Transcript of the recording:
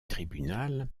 tribunal